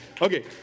Okay